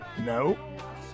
No